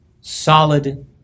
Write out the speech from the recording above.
solid